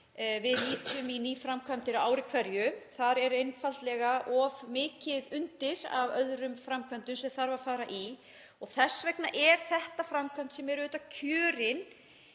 við nýtum í nýframkvæmdir á ári hverju. Þar er einfaldlega of mikið undir af öðrum framkvæmdum sem þarf að fara í og þess vegna er þessi framkvæmd auðvitað kjörin